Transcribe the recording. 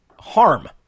harm